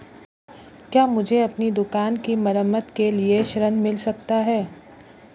क्या मुझे अपनी दुकान की मरम्मत के लिए ऋण मिल सकता है?